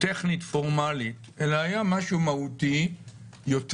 טכנית פורמלית אלא היה משהו מהותי יותר